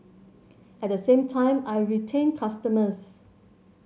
at the same time I retain customers